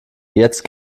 jetzt